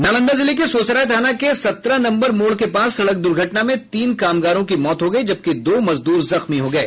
नालंदा जिले के सोहसराय थाना के सत्रह नंबर मोड़ के पास सडक दुर्घटना में तीन कामगारों की मौत हो गयी जबकि दो मजदूर जख्मी हो गये